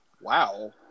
Wow